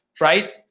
right